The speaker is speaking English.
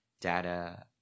data